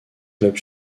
clubs